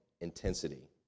intensity